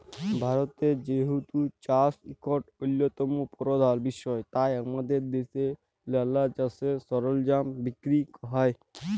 ভারতে যেহেতু চাষ ইকট অল্যতম পরধাল বিষয় তাই আমাদের দ্যাশে লালা চাষের সরলজাম বিক্কিরি হ্যয়